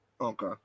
Okay